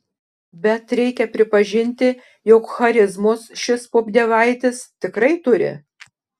bet reikia pripažinti jog charizmos šis popdievaitis tikrai turi